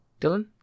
Dylan